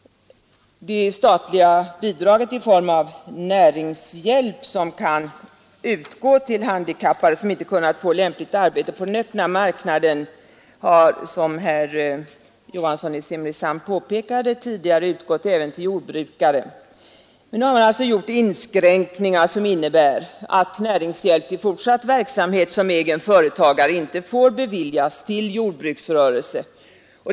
Statligt bidrag i form av näringshjälp som kan utgå till handikappade som inte kunnat få lämpligt arbete på den öppna marknaden har — som herr Johansson i Simrishamn påpekade — tidigare utgått även till jordbrukare, men nu har man gjort inskränkningar som innebär att näringshjälp till fortsatt verksamhet som egen företagare inte får beviljas till jordbruksrörelse.